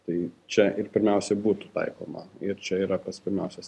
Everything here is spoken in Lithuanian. tai čia ir pirmiausia būtų taikoma ir čia yra pats pirmiausias